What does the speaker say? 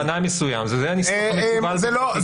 זה נוסח המקובל בחקיקה.